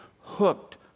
hooked